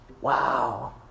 Wow